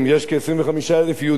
יש כ-25,000 יהודים ברמת-הגולן.